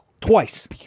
Twice